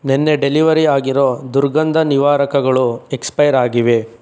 ನೆನ್ನೆ ಡೆಲಿವರಿ ಆಗಿರೋ ದುರ್ಗಂಧನಿವಾರಕಗಳು ಎಕ್ಸ್ಪೈರ್ ಆಗಿವೆ